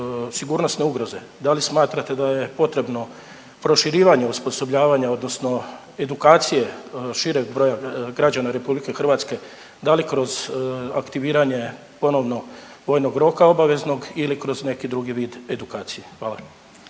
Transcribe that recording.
sigurnosne ugroze, da li smatrate da je potrebno proširivanje osposobljavanja, odnosno edukacije šireg broja građana RH, da li kroz aktiviranje ponovno vojnog roka obaveznog ili kroz neki drugi vid edukacije? Hvala.